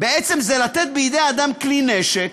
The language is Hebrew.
זה בעצם לתת בידי אדם כלי נשק.